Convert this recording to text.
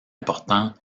importants